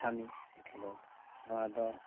ᱠᱟᱹᱢᱤ ᱥᱮ ᱠᱷᱮᱞᱳᱰ ᱱᱚᱣᱟ ᱫᱚ